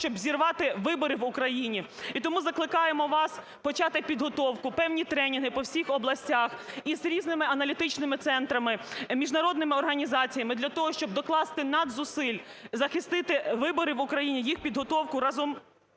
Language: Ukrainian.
щоб зірвати вибори в Україні. І тому закликаємо вас почати підготовку, певні тренінги по всіх областях і з різними аналітичними центрами, міжнародними організаціями для того, щоб докласти надзусиль, захистити вибори в Україні, їх підготовку разом